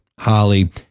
Holly